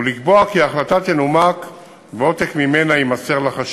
ולקבוע כי ההחלטה תנומק ועותק ממנה יימסר לחשוד.